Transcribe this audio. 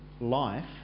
life